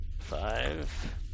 Five